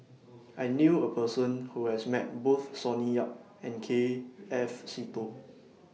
I knew A Person Who has Met Both Sonny Yap and K F Seetoh